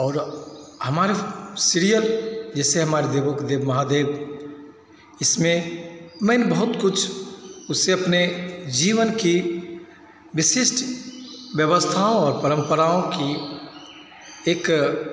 और हमारे शिरियल जैसे हमरे देवों के देव महादेव इसमें मैने बहुत कुछ उससे अपने जीवन की विशिष्ट व्यवस्थाओं और परंपराओं की एक